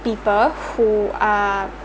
people who are